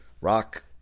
Rock